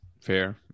Fair